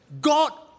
God